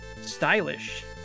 Stylish